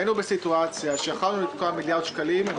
היינו בסיטואציה שיכולנו לתקוע מיליארד שקלים והם